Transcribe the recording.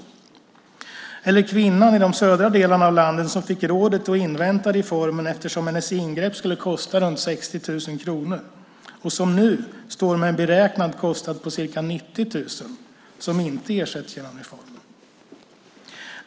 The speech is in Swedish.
Det handlar också om kvinnan i de södra delarna av landet som fick rådet att invänta reformen eftersom hennes ingrepp skulle kosta runt 60 000 kronor. Hon står nu med en beräknad kostnad på ca 90 000 kronor som inte ersätts genom reformen.